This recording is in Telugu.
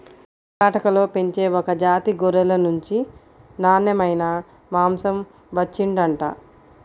కర్ణాటకలో పెంచే ఒక జాతి గొర్రెల నుంచి నాన్నెమైన మాంసం వచ్చిండంట